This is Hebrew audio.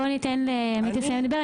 בואו ניתן קודם לעמית לסיים לדבר,